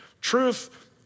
truth